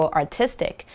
artistic 。